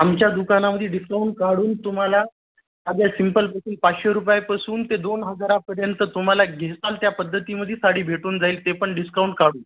आमच्या दुकानामध्ये डिस्काउंट काढून तुम्हाला सध्या सिम्पल पासून पाचशे रुपयेपासून ते दोन हजारापर्यंत तुम्हाला घ्याल त्या पद्धतीमध्ये साडी भेटून जाईल ते पण डिस्काउंट काढून